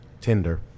tinder